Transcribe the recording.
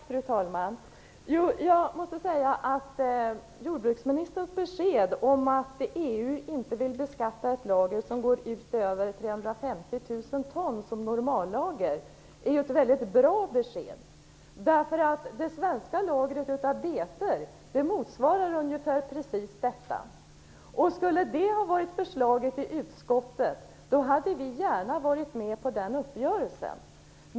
Fru talman! Jordbruksministerns besked att EU inte vill beskatta ett lager som går utöver 350 000 ton som normallager är ett väldigt bra besked. Det svenska lagret av betor motsvarar ungefär detta. Skulle det ha varit förslaget i utskottet, då hade vi gärna varit med på den uppgörelsen.